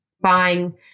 buying